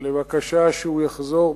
על הבקשה שהוא יחזור,